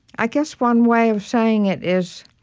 i guess one way of saying it is,